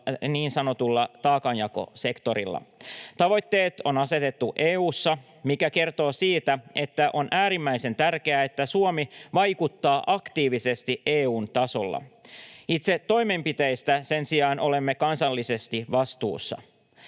niin sanotulla taakanjakosektorilla. Tavoitteet on asetettu EU:ssa, mikä kertoo siitä, että on äärimmäisen tärkeää, että Suomi vaikuttaa aktiivisesti EU:n tasolla. Itse toimenpiteistä sen sijaan olemme kansallisesti vastuussa.